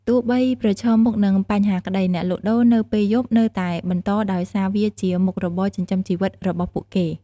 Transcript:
ទោះបីប្រឈមមុខនឹងបញ្ហាក្ដី អ្នកលក់ដូរនៅពេលយប់នៅតែបន្ត ដោយសារវាជាមុខរបរចិញ្ចឹមជីវិតរបស់ពួកគេ។